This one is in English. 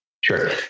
Sure